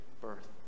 birth